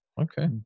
Okay